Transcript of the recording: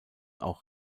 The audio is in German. auch